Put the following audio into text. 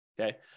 Okay